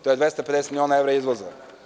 To je 250 miliona evra izvoza.